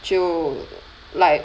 就 like